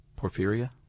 Porphyria